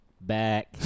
Back